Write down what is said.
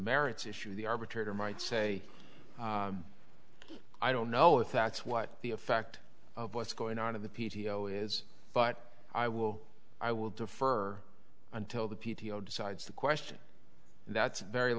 merits issue the arbitrator might say i don't know if that's what the effect of what's going on in the p t o is but i will i will defer until the p t o decides the question that's very